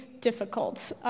difficult